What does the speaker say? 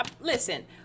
listen